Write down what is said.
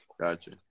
Gotcha